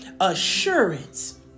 assurance